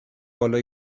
بالا